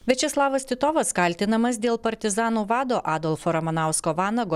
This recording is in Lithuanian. viačeslavas titovas kaltinamas dėl partizanų vado adolfo ramanausko vanago